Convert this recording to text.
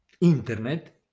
Internet